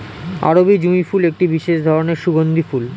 আরবি জুঁই ফুল একটি বিশেষ ধরনের সুগন্ধি ফুল